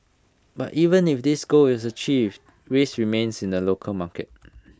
but even if this goal is achieved risks remains in the local market